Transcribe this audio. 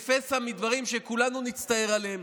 כפסע מדברים שכולנו נצטער עליהם.